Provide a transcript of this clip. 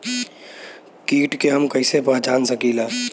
कीट के हम कईसे पहचान सकीला